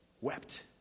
wept